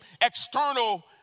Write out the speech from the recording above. external